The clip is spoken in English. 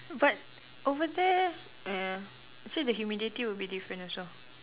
but over there err actually the humidity will be different also